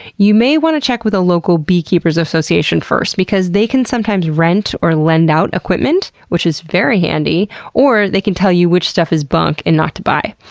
you may wanna check with a local beekeepers association first because they can sometimes rent or lend out equipment, which is very handy. or, they can tell you which stuff is bunk and not to buy.